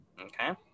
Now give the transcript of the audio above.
Okay